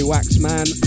Waxman